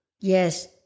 Yes